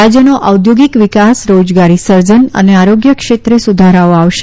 રાજયનો ઔદ્યોગિક વિકાસ રોજગારી સર્જન અને આરોગ્યક્ષેત્રે સુધારાઓ આવશે